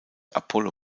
apollo